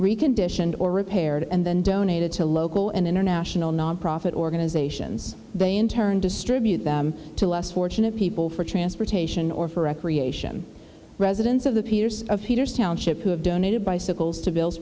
reconditioned or repaired and then donated to local and international nonprofit organizations they in turn distribute them to less fortunate people for transportation or for recreation residents of the peters of peter's township who have donated bicycles to bill